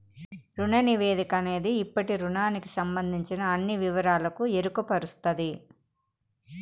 రుణ నివేదిక అనేది ఇప్పటి రుణానికి సంబందించిన అన్ని వివరాలకు ఎరుకపరుస్తది